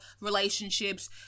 relationships